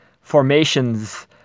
formations